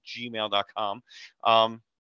gmail.com